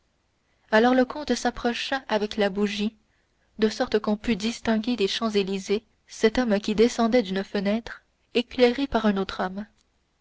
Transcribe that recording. alors le comte s'approcha avec la bougie de sorte qu'on pût distinguer des champs-élysées cet homme qui descendait d'une fenêtre éclairé par un autre homme